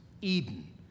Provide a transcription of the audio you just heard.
Eden